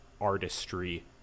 artistry